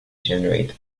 generate